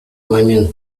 момент